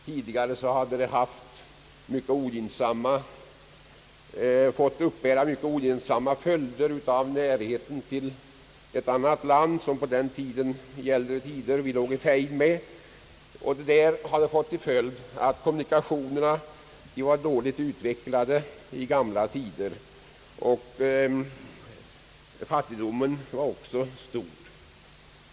Tidigare hade det fått uppbära mycket ogynnsamma följder av närheten till ett annat land som vi i äldre tider låg i fejd med, och det hade fått till följd att kommunikationerna då var dåligt utvecklade och att fattigdomen också var stor.